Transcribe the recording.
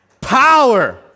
Power